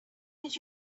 did